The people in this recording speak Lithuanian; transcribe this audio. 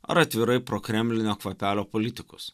ar atvirai prokremlinio kvapelio politikus